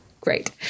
great